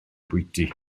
bwyty